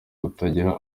kutagira